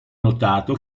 notato